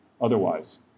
otherwise